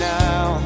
now